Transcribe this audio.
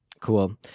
cool